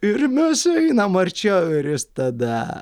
ir mes einam arčiau ir jis tada